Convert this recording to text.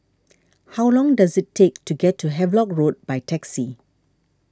how long does it take to get to Havelock Road by taxi